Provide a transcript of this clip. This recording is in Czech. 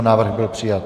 Návrh byl přijat.